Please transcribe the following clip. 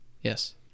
Yes